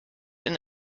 und